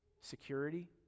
security